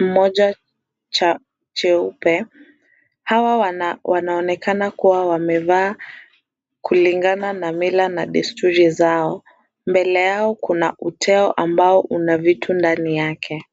mmoja cha cheupe. Hawa wanaonekana kuwa wamevaa kulingana na mila na desturi zao, mbele yao kuna uteo ambao una vitu ndani yake.